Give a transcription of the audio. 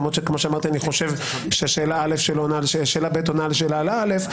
למרות שכמו שאמרתי אני חושב ששאלה ב' עונה על שאלה א',